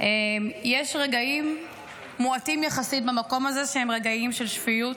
יש רגעים מועטים יחסית במקום הזה שהם רגעים של שפיות,